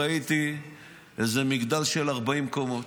לא ראיתי איזה מגדל של 40 קומות.